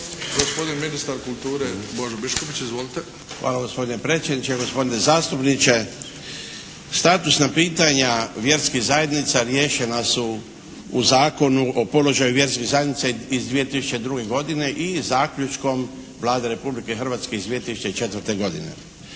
gospodin, ministar kulture Božo Biškupić. Izvolite! **Biškupić, Božo (HDZ)** Hvala gospodine predsjedniče, gospodine zastupniče. Statusna pitanja vjerskih zajednica riješena su u Zakonu o položaju vjerskih zajednica iz 2002. godine i Zaključkom Vlade Republike Hrvatske iz 2004. godine.